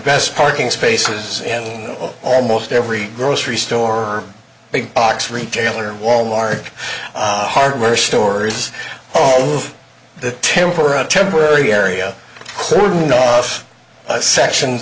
best parking spaces and almost every grocery store big box retailer wal mart hardware stores all the temper of temporary area cordoned off section